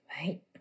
Right